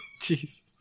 Jesus